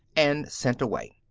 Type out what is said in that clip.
and sent away.